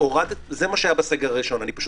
עכשיו